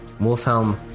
Wolfhelm